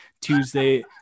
Tuesday